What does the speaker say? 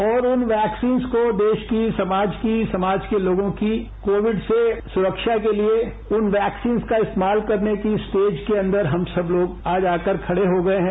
और उन वैक्सीन्स को देश की समाज की समाज के लोगों की कोविड से सुरक्षा के लिए इन वैक्सीन्स का इस्तेमाल करने की स्टेज के अंदर हम सब लोग आज आकर खड़े हो गए हैं